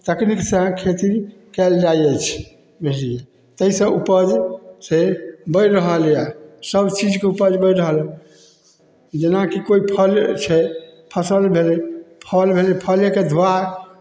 तकनीकसँ खेती कएल जाइ अछि बुझलिए ताहिसँ उपज छै बढ़ि रहल यऽ सबचीजके उपज बढ़ि रहलै यऽ जेनाकि कोइ फले छै फसिल भेलै फल भेलै फलेके धोआ